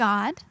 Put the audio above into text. God